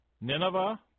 Nineveh